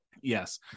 yes